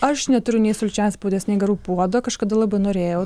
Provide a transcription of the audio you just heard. aš neturiu nei sulčiaspaudės nei garų puodo kažkada labai norėjau